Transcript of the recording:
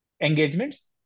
engagements